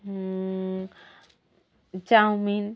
chowmein